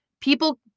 people